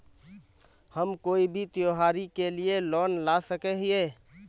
हम कोई भी त्योहारी के लिए लोन ला सके हिये?